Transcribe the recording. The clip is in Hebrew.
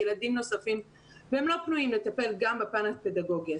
ילדים נוספים והם לא פנויים לטפל גם בפן הפדגוגי.